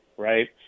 right